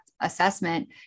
assessment